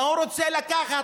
מה הוא רוצה לקחת,